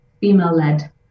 female-led